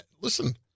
listen